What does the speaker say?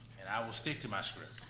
and i will stick to my script.